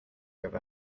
over